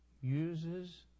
uses